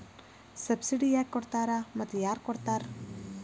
Subsidy ಯಾಕೆ ಕೊಡ್ತಾರ ಮತ್ತು ಯಾರ್ ಕೊಡ್ತಾರ್?